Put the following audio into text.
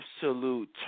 absolute